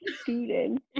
student